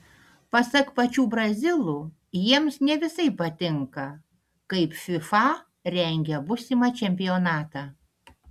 pasak pačių brazilų jiems ne visai patinka kaip fifa rengia būsimą čempionatą